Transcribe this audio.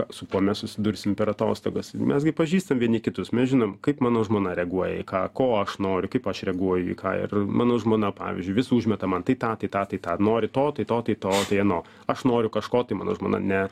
su kuo mes susidursim per atostogas mes gi pažįstam vieni kitus mes žinom kaip mano žmona reaguoja į ką ko aš noriu kaip aš reaguoju į ką ir mano žmona pavyzdžiui vis užmeta man tai tą tai tą tai tą nori to tai to tai to tai ano aš noriu kažko tai mano žmona ne